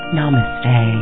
Namaste